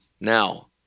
Now